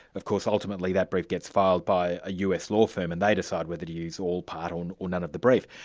of course ultimately that brief gets filed by a us law firm, and they decide whether to use all, part, um or none of the brief.